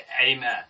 Amen